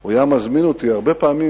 הוא היה מזמין אותי הרבה פעמים,